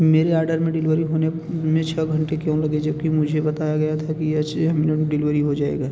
मेरे ऑर्डर में डिलीवरी होने में छः घंटे क्यों लगे जबकि मुझे बताया गया था कि यह छः मिनट में डिलीवरी हो जाएगा